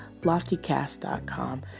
Loftycast.com